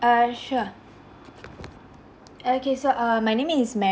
err sure okay so err my name is ma~